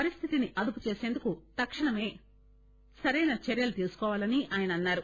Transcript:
పరిస్థితిని అదుపు చేసేందుకు తక్షణమే సరైన చర్యలు తీసుకోవాలని అన్నారు